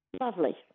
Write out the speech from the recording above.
Lovely